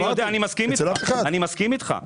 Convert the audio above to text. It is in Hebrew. אני מסכים איתך.